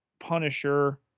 Punisher